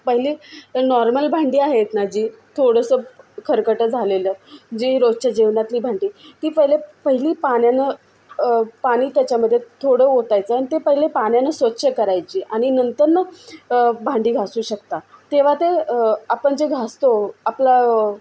पहिली नॉर्मल भांडी आहेत ना जी थोडंसं खरकटं झालेलं जी रोजच्या जेवणातली भांडी ती पहिले पहिली पाण्यानं पाणी त्याच्यामध्ये थोडं ओतायचं आणि ते पहिले पाण्यानं स्वछ करायची आणि नंतर मग भांडी घासू शकता तेव्हा ते आपण जे घासतो आपलं